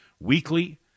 weekly